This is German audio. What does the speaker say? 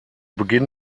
beginn